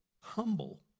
humble